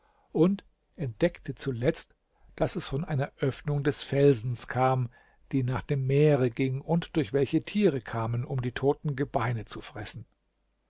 und entdeckte zuletzt daß es von einer öffnung des felsens kam die nach dem meere ging und durch welche tiere kamen um die toten gebeine zu fressen